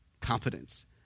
competence